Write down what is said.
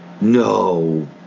No